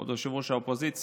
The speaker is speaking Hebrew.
כבוד ראש האופוזיציה,